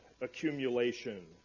accumulation